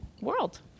world